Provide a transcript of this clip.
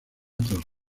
tras